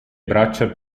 braccia